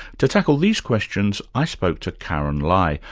to tackle these questions, i spoke to karyn lai,